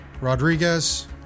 Rodriguez